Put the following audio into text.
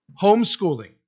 Homeschooling